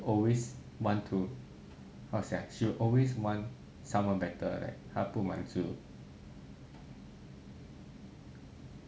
always want to how to say ah she will always want someone better like 她不满足